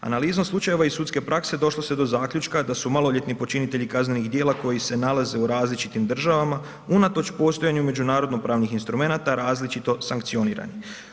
Analizom slučajeva iz sudske prakse, došlo se do zaključka da su maloljetni počinitelji kaznenih djela koji se nalaze u različitim državama, unatoč postojanju međunarodnopravnih instrumenata, različito sankcionirani.